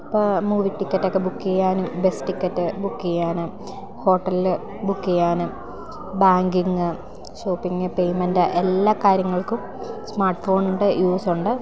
ഇപ്പോൾ മൂവി ടിക്കറ്റൊക്കെ ബുക്ക് ചെയ്യാനും ബസ് ടിക്കറ്റ് ബുക്ക് ചെയ്യാനും ഹോട്ടലിൽ ബുക്ക് ചെയ്യാനും ബാങ്കിങ്ങ് ഷോപ്പിങ്ങ് പേമെൻറ്റ് എല്ലാ കാര്യങ്ങൾക്കും സ്മാർട്ട് ഫോണിൻറ്റെ യൂസുണ്ട്